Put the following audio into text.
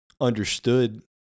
understood